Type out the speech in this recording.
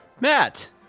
Matt